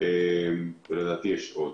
ולדעתי עוד.